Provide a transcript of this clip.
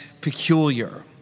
peculiar